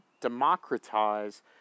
democratize